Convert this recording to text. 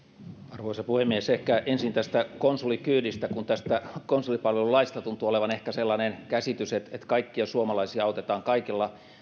arvoisa puhemies ehkä ensin tästä konsulikyydistä kun konsulipalvelulaista tuntuu ehkä olevan sellainen käsitys että kaikkia suomalaisia autetaan kaikilla